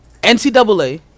NCAA